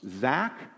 Zach